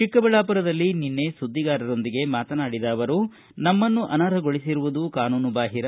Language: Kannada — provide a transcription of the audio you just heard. ಚಿಕ್ಕಬಳ್ಳಾಪುರದಲ್ಲಿ ನಿನ್ನೆ ಸುದ್ಧಿಗಾರರೊಂದಿಗೆ ಮಾತನಾಡಿದ ಅವರು ನಮನ್ನು ಅರ್ನಹಗೊಳಿಬರುವುದು ಕಾನೂನು ಬಾಹಿರ